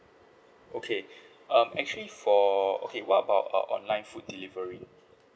okay um actually for okay what about uh online food delivery